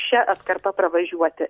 šia atkarpa pravažiuoti